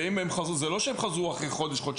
ואם הם חזרו זה לא שהם חזרו אחרי חודש-חודשיים,